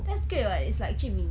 that's great [what] it's like jun min